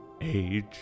age